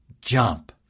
jump